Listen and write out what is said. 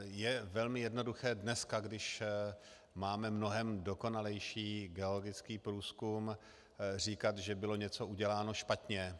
Je velmi jednoduché dneska, když máme mnohem dokonalejší geologický průzkum, říkat, že bylo něco uděláno špatně.